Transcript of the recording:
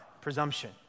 presumption